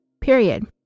period